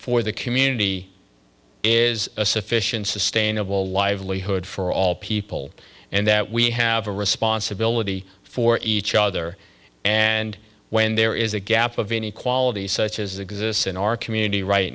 for the community is a sufficient sustainable livelihood for all people and that we have a responsibility for each other and when there is a gap of inequality such as exists in our community right